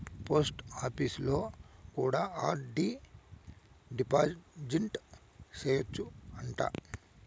పోస్టాపీసులో కూడా RD deposit సేయచ్చు అంట